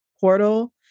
portal